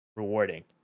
rewarding